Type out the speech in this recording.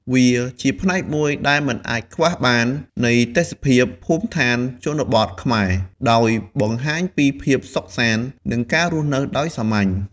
វាជាផ្នែកមួយដែលមិនអាចខ្វះបាននៃទេសភាពភូមិដ្ឋានជនបទខ្មែរ ដោយបង្ហាញពីភាពសុខសាន្ត និងការរស់នៅដោយសាមញ្ញ។